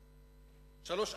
שלוש-ארבע.